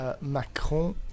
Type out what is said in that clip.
Macron